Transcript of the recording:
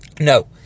no